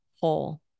whole